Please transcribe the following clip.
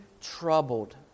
troubled